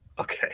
Okay